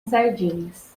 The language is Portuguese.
sardinhas